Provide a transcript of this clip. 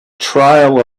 trail